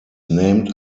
named